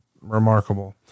Remarkable